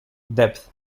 depth